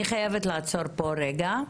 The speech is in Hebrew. אני חייבת לעצור פה רגע.